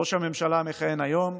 ראש הממשלה המכהן היום,